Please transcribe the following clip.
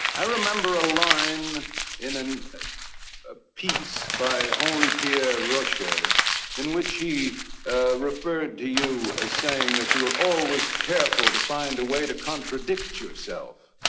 i remember a line in and a piece by henri pierre roche in which he referred to you as saying that you were always careful to find a way to contradict yourself.